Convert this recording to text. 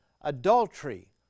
adultery